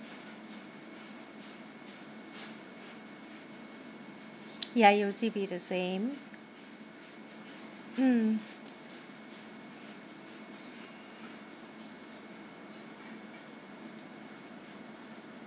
ya it'll still be the same mm